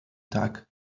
tak